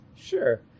Sure